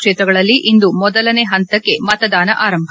ಕ್ಷೇತ್ರಗಳಲ್ಲಿ ಇಂದು ಮೊದಲನೇ ಹಂತಕ್ಕೆ ಮತದಾನ ಆರಂಭ